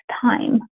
time